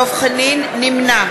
נמנע